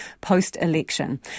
post-election